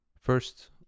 first